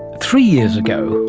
three years ago,